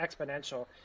exponential